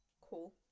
cool